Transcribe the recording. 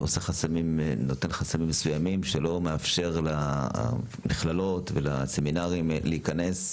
נותן חסמים מסוימים שלא מאפשרים למכללות ולסמינרים להיכנס,